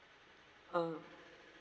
uh